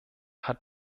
hat